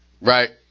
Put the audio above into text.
Right